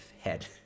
head